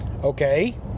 Okay